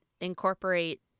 incorporate